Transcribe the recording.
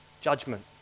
Judgment